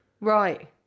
Right